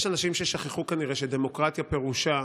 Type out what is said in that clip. יש אנשים ששכחו כנראה ש"דמוקרטיה" פירושה